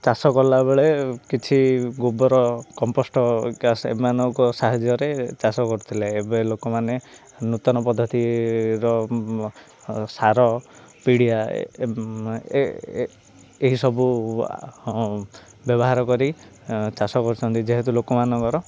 ଚାଷ କଲାବେଳେ କିଛି ଗୋବର କମ୍ପୋଷ୍ଟ ଗ୍ୟାସ୍ ଏମାନଙ୍କ ସାହାଯ୍ୟରେ ଚାଷ କରୁଥିଲେ ଏବେ ଲୋକମାନେ ନୂତନ ପଦ୍ଧତିର ସାର ପିଡ଼ିଆ ଏହିସବୁ ବ୍ୟବହାର କରି ଚାଷ କରୁଛନ୍ତି ଯେହେତୁ ଲୋକମାନଙ୍କର